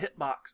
Hitbox